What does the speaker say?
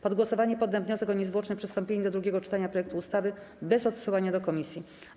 Pod głosowanie poddam wniosek o niezwłoczne przystąpienie do drugiego czytania projektu ustawy bez odsyłania do komisji.